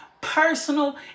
Personal